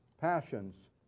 passions